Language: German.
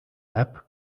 app